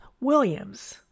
Williams